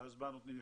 ואז יש תוספים?